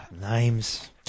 Names